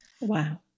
Wow